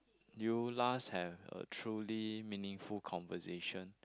you last have a truly meaningful conversation